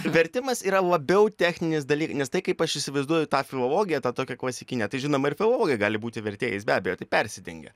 vertimas yra labiau techninis daly nes tai kaip aš įsivaizduoju tą filologiją tą tokią klasikinę tai žinoma ir filologai gali būti vertėjais be abejo tai persidengia